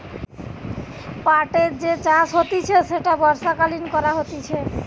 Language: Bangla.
পাটের যে চাষ হতিছে সেটা বর্ষাকালীন করা হতিছে